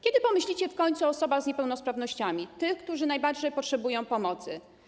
Kiedy pomyślicie w końcu o osobach z niepełnosprawnościami, o tych, którzy najbardziej potrzebują pomocy?